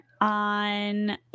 on